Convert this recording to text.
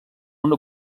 una